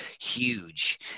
huge